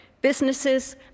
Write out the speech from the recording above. businesses